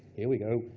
here we go.